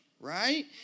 Right